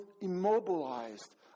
immobilized